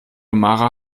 mara